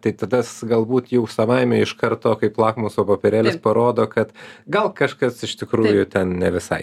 tai tadas galbūt jau savaime iš karto kaip lakmuso popierėlis parodo kad gal kažkas iš tikrųjų ten ne visai